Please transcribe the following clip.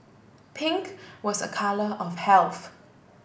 pink was a colour of health